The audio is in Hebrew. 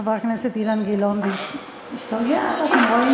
לחבר הכנסת אילן גילאון ואשתו זהבה.